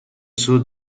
suo